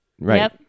right